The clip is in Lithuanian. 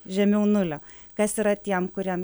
žemiau nulio kas yra tiem kurien